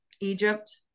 Egypt